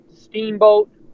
Steamboat